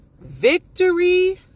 Victory